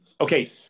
Okay